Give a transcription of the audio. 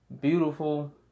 beautiful